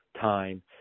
time